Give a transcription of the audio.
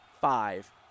five